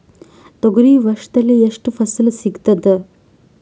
ತೊಗರಿ ವರ್ಷದಲ್ಲಿ ಎಷ್ಟು ಫಸಲ ಸಿಗತದ?